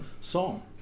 song